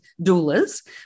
doulas